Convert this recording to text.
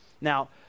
Now